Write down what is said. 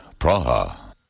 Praha